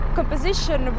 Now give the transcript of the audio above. Composition